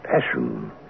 passion